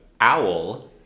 owl